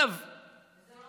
זה לא